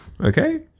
Okay